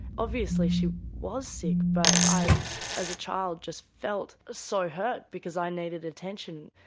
obviously she was sick but i as a child just felt so hurt because i needed attention.